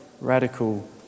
radical